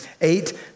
Eight